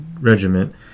regiment